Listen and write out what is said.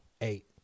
eight